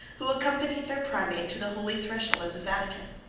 who accompanied their primate to the holy threshold of the vatican.